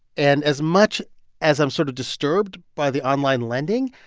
and as much as i'm sort of disturbed by the online lending,